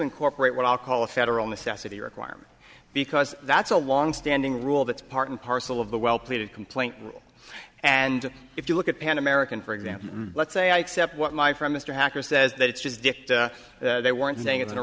incorporate what i'll call a federal necessity requirement because that's a longstanding rule that's part and parcel of the well pleaded complaint and if you look at pan american for example let's say i accept what my friend mr hacker says that it's just they weren't saying in the